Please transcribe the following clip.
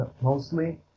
mostly